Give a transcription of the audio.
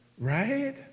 Right